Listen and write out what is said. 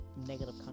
negative